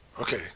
Okay